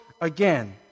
again